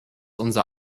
unser